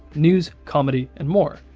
news, comedy, and more.